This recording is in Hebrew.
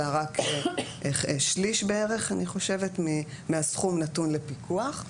אלא רק שליש בערך אני חושבת מהסכום נתון לפיקוח.